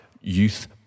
youth